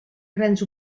grans